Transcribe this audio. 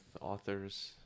authors